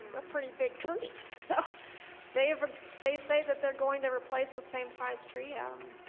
a pretty big turning. so they they say that they're going to replace with same size tree um